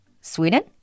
Sweden